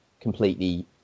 completely